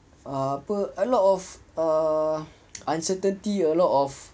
err apa a lot of err uncertainty a lot of